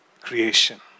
creation